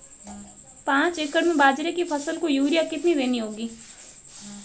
पांच एकड़ में बाजरे की फसल को यूरिया कितनी देनी होगी?